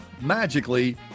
Magically